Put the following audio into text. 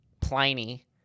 Pliny